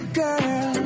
girl